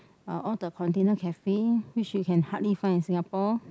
uh all the container cafe which you can hardly find in Singapore